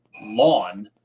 lawn